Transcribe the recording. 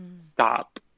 stop